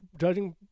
judging